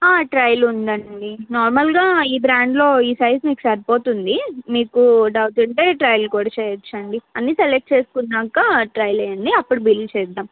trial ఉందండి నార్మల్గా ఈ బ్రాండ్లో ఈ సైజ్ మీకు సరిపోతుంది మీకు డౌట్ ఉంటే ట్రైల్ కూడా చేయొచ్చండి అన్ని సెలెక్ట్ చేసుకున్నాక ట్రైల్ వేయండి అప్పుడు బిల్ చేస్తాము